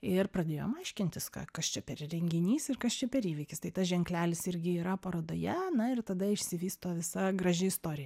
ir pradėjom aiškintis ką kas čia per renginys ir kas čia per įvykis tai tas ženklelis irgi yra parodoje na ir tada išsivysto visa graži istorija